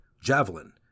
javelin